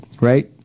right